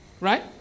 Right